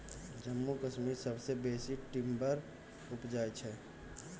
जम्मू कश्मीर सबसँ बेसी टिंबर उपजाबै छै